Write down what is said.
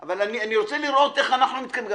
אבל אני רוצה לראות איך מתקדמים.